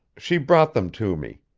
she brought them to me.